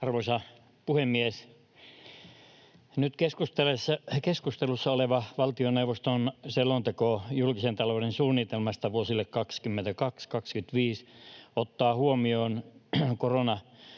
Arvoisa puhemies! Nyt keskustelussa oleva valtioneuvoston selonteko julkisen talouden suunnitelmasta vuosille 22—25 ottaa hyvin huomioon